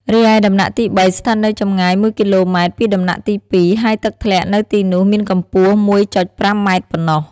រីឯដំណាក់ទី៣ ស្ថិតនៅចម្ងាយ ១គីឡូម៉ែត្រពីដំណាក់ទី២ ហើយទឹកធ្លាក់នៅទីនោះមានកំពស់ ១,៥ម៉ែត្រប៉ណ្ណោះ។